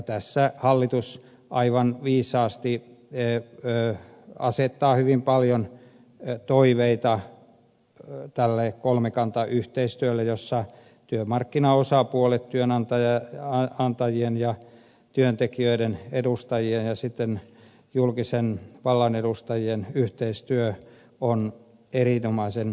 tässä hallitus aivan viisaasti asettaa hyvin paljon toiveita kolmikantayhteistyölle jossa työmarkkinaosapuolten työnantajien ja työntekijöiden ja julkisen vallan edustajien yhteistyö on erinomaisen tärkeää